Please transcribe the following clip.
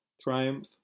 Triumph